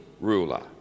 ruler